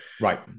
right